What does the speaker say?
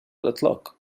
الإطلاق